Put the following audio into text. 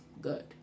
good